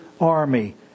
army